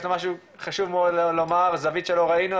יש לו משהו חשוב לומר זווית שלא ראינו,